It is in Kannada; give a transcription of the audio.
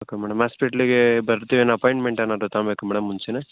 ಓಕೆ ಮೇಡಮ್ ಹಾಸ್ಪಿಟಲಿಗೆ ಬರ್ತೀವಿ ಏನು ಅಪಾಯಿಂಟ್ಮೆಂಟ್ ಏನಾದರೂ ತೊಗೊಬೇಕಾ ಮೇಡಮ್ ಮುಂಚೆನೆ